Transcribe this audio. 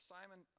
Simon